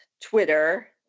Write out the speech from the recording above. Twitter